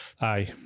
aye